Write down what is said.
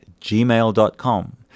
gmail.com